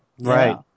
Right